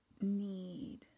need